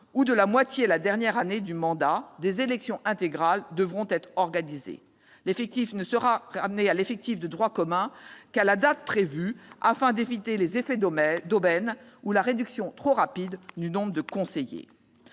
ou de la moitié la dernière année du mandat, des élections intégrales devront être organisées. L'effectif ne sera ramené à celui de droit commun qu'à la date prévue, afin d'éviter les effets d'aubaine ou une réduction trop rapide du nombre de conseillers.